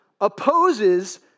opposes